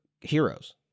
heroes